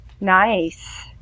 Nice